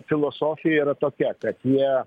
filosofija yra tokia kad jie